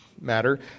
matter